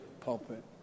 pulpit